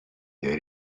there